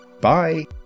bye